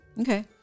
Okay